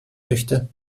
möchte